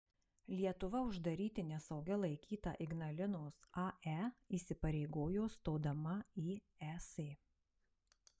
lietuva uždaryti nesaugia laikytą ignalinos ae įsipareigojo stodama į es